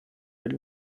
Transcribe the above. del